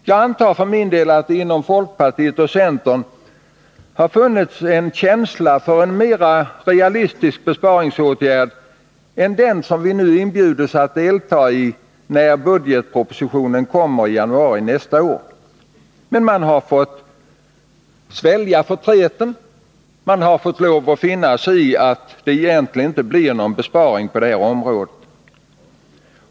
Jag antar för min del att det inom folkpartiet och centern har funnits en känsla för en mer realistisk besparingsåtgärd än den som vi inbjuds att delta i när budgetpropositionen kommer i januari nästa år. Men man har fått svälja förtreten; man har fått lov att finna sig i att det egentligen inte blir någon besparing på detta område.